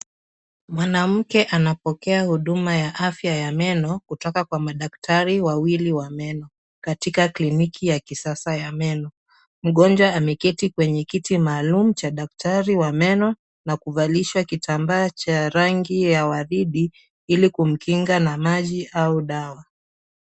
Mwanamke anapokea huduma ya afya ya meno kutoka kwa madaktari wawili wa meno katika kliniki ya kisasa ya meno mgonjwa ameketi kwenye kiti maalum cha daktari wa meno na kuvalishwa kitambaa cha rangi ya waridi ili kumkinga na maji au dawa.